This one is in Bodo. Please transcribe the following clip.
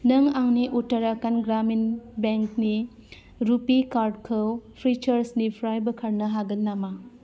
नों आंनि उत्तराखण्ड ग्रामिन बेंक नि रुपे कार्डखौ फ्रिसार्जनिफ्राय बोखारनो हागोन नामा